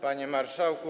Panie Marszałku!